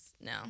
No